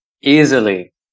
easily